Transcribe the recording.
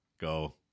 go